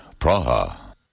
Praha